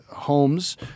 homes